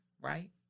right